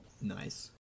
Nice